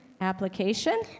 Application